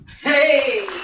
Hey